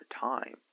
time